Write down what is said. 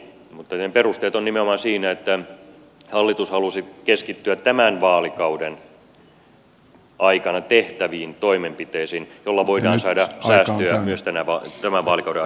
sen perusteet ovat nimenomaan siinä että hallitus halusi keskittyä tämän vaalikauden aikana tehtäviin toimenpiteisiin joilla voidaan saada säästöjä myös tämän vaalikauden aikana